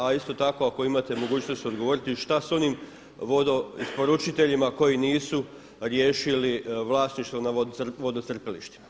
A isto tako ako imate mogućnost odgovoriti šta sa onim vodo isporučiteljima koji nisu riješili vlasništvo na vodocrpilištima.